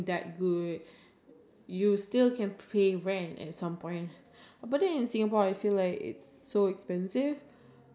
I don't think is that way obviously you gonna start from the bottom so maybe in your first six months you will not be able to pay the rent